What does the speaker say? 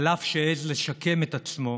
אף שהעז לשקם את עצמו,